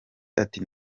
ati